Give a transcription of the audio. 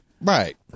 Right